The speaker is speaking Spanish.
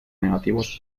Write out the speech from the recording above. negativos